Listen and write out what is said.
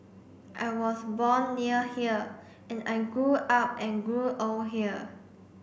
I was born near here and I grew up and grew old here